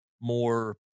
more